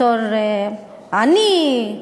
בתור עני,